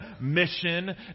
mission